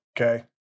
Okay